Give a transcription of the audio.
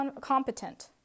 competent